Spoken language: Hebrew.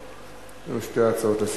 נתקבלה.